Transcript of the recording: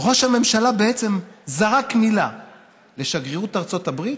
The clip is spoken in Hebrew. ראש הממשלה בעצם זרק מילה לשגרירות ארצות הברית,